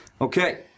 Okay